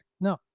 No